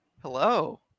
Hello